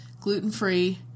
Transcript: gluten-free